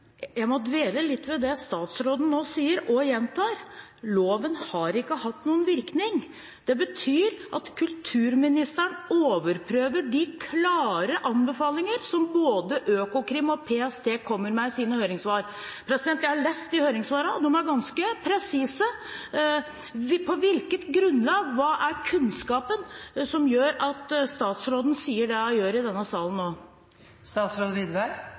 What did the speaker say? Jeg må dvele litt ved det statsråden nå sier og gjentar: Loven har ikke hatt noen virkning. Det betyr at kulturministeren overprøver de klare anbefalinger som både Økokrim og PST kommer med i sine høringssvar. Jeg har lest høringssvarene, og de er ganske presise. På hvilket grunnlag og hva er kunnskapen som gjør at statsråden sier det hun gjør i denne salen